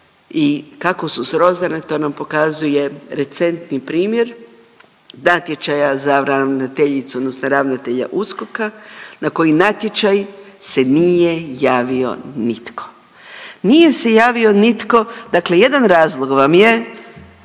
i kako su srozane to nam pokazuje recentni primjer natječaja za ravnateljicu odnosno ravnatelja USKOK-a na koji natječaj se nije javio nitko. Nije se javio nitko, dakle jedan razlog vam je